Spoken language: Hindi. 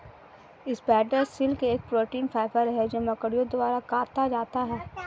स्पाइडर सिल्क एक प्रोटीन फाइबर है जो मकड़ियों द्वारा काता जाता है